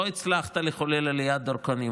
לא הצלחת לחולל "עליית דרכונים".